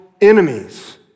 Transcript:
enemies